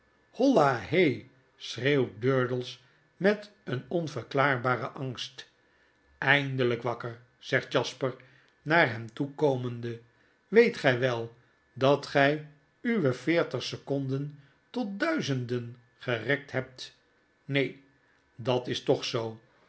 holla heir schreeuwt durdels met een onverklaarbaren angst eindelijk wakker zegt jasper naar hem toe komende weet gij wel dat gij uwe veertig seconden tot duizenden gerekt hebt neen dat is toch zoo